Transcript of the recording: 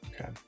Okay